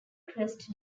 crest